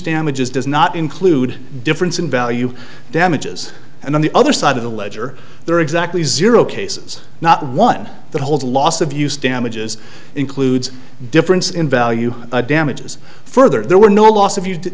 damages does not include difference in value damages and on the other side of the ledger there are exactly zero cases not one that holds a loss of use damages includes difference in value damages further there were no loss if you did